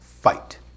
fight